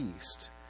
east